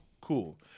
Cool